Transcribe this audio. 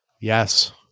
Yes